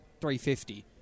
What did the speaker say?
350